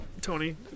Tony